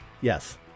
Yes